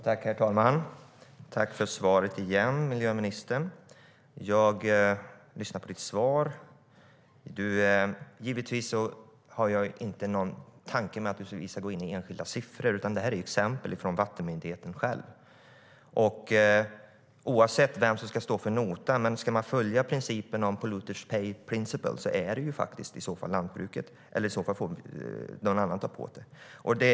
Herr talman! Tack för svaret igen, miljöministern! Jag lyssnar på ministerns svar. Givetvis har jag inte någon tanke på att vi ska gå in i enskilda siffror, utan det här är exempel från vattenmyndigheten själv. Oavsett vem som ska stå för notan måste någon göra det. Om man ska följa principen polluters pay principle är det lantbruket, och annars får någon annan ta på sig det.